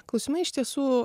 klausimai iš tiesų